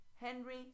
Henry